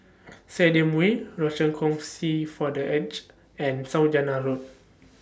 Stadium Way Rochor Kongsi For The Aged and Saujana Road